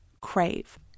crave